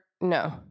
no